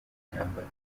intambara